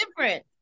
Different